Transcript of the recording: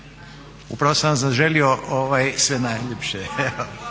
Upravo sam vam zaželio sve najljepše.